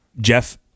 Jeff